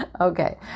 okay